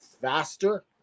faster